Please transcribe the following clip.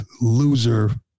loser